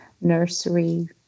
nursery